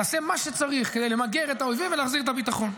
תעשה מה שצריך כדי למגר את האויבים ולהחזיר את הביטחון.